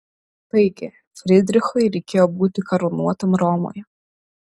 taigi frydrichui reikėjo būti karūnuotam romoje